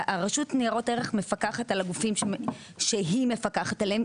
הרשות לניירות ערך מפקחת על הגופים שהיא מפקחת עליהם.